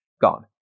gone